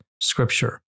scripture